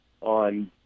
on